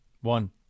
One